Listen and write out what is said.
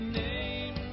name